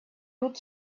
put